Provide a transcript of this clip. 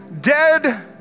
dead